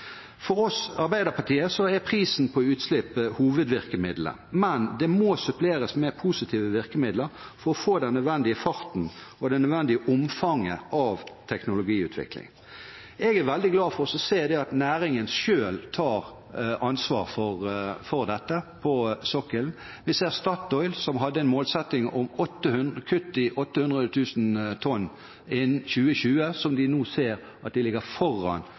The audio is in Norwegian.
For Arbeiderpartiet er prisen på utslipp hovedvirkemidlet, men det må suppleres med positive virkemidler for å få den nødvendige farten i og det nødvendige omfanget av teknologiutviklingen. Jeg er veldig glad for å se at næringen selv tar ansvar for dette på sokkelen. Vi ser at Statoil, som hadde en målsetting om kutt på 800 000 tonn innen 2020, nå ligger foran i løypen med å nå dette. De har satt seg nye mål, de